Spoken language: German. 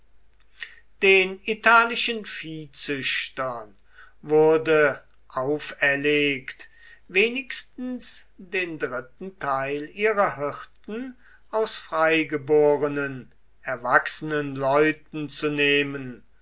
den italischen viehzüchtern wurde auferlegt wenigstens den dritten teil ihrer hirten aus freigeborenen erwachsenen leuten zu nehmen